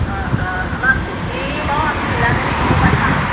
অঁ অঁ আমাক খুঁটি পৰাও আমি মিলাই মেলি দিব পাৰিম আৰু